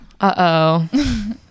Uh-oh